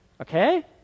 Okay